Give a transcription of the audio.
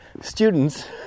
students